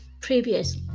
previous